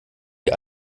die